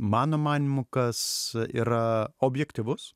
mano manymu kas yra objektyvus